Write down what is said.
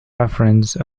reference